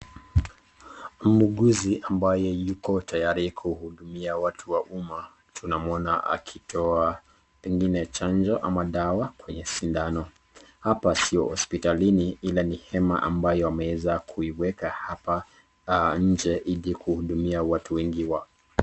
Muuguzi ambaye yuko tayari kuhudumia watu wa umma. Tunamwona akitoa pengine chanjo ama dawa kwenye sindano. Hapa sio hospitalini ila ni hema ambayo ameweza kuiweka hapa nje ili kuhudumia watu wengi.